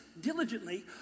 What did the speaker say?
diligently